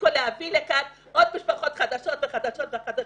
תפסיקו להביא לכאן משפחות חדשות וחדשות.